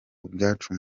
ubwacu